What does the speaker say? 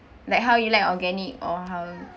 like how you like organic or how